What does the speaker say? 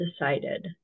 decided